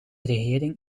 regering